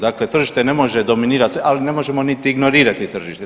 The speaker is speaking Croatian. Dakle, tržište ne može dominirati se, ali ne možemo niti ignorirati to tržište.